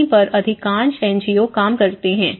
यहीं पर अधिकांश एनजीओ काम करते हैं